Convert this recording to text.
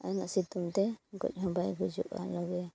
ᱟᱨ ᱩᱱᱟᱹᱜ ᱥᱤᱛᱩᱝᱛᱮ ᱜᱚᱡᱦᱚᱸ ᱵᱟᱭ ᱜᱚᱡᱚᱜᱼᱟ ᱞᱚᱜᱚᱱ